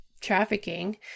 trafficking